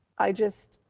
i just,